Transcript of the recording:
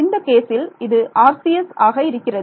இந்த கேசில் இது RCS ஆக இருக்கிறது